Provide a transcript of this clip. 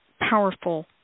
powerful